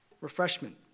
Refreshment